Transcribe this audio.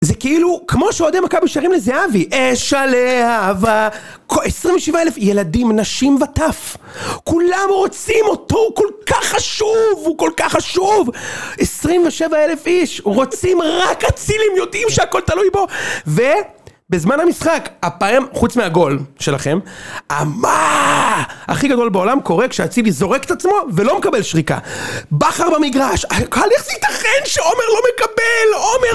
זה כאילו כמו שאוהדי מכבי שרים לזהבי אש הלהבה ו... עשרים ושבע אלף ילדים, נשים וטף כולם רוצים אותו, הוא כל כך חשוב הוא כל כך חשוב עשרים ושבע אלף איש רוצים רק אצילי, יודעים שהכל תלוי בו ו... בזמן המשחק, הפעם חוץ מהגול שלכם המה הכי גדול בעולם קורה כשאצילי זורק את עצמו ולא מקבל שריקה בכר במגרש הקהל איך זה יתכן שעומר לא מקבל, עומר!